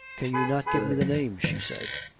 can you not give me the names? she said.